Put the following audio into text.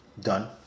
done